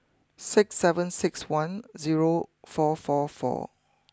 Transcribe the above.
six seven six one zero four four four